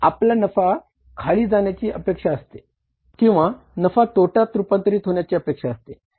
आपला नफा खाली जाण्याची अपेक्षा असते किंवा नफा तोट्यात रुपांतरित होण्याची अपेक्षा असते